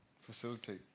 facilitate